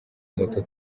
moto